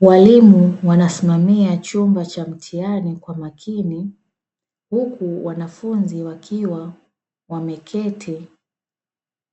Walimu wanasimamia chumba cha mitihani kwa makini. Huku wanafunzi wakiwa wameketi